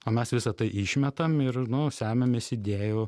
o mes visa tai išmetam ir nu semiamės idėjų